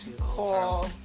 call